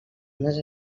unes